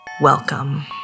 Welcome